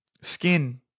skin